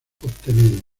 obtenidos